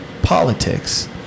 politics